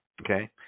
Okay